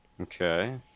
Okay